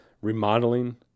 remodeling